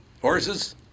horses